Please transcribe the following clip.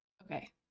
Okay